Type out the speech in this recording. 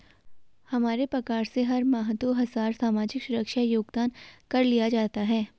हमारे पगार से हर माह दो हजार सामाजिक सुरक्षा योगदान कर लिया जाता है